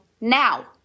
now